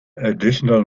additional